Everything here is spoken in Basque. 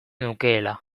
nukeela